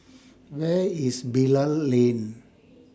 Where IS Bilal Lane